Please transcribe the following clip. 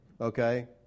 Okay